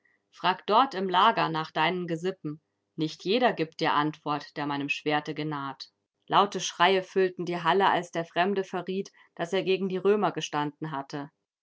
frag dort im lager nach deinen gesippen nicht jeder gibt dir antwort der meinem schwerte genaht laute schreie füllten die halle als der fremde verriet daß er gegen die römer gestanden hatte